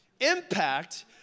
impact